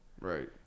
right